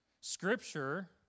scripture